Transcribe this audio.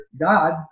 God